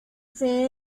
sede